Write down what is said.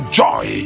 joy